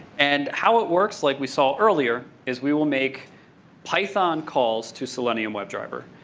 and, how it works, like we saw earlier, is we will make python calls to selenium webdriver,